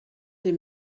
des